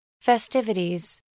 Festivities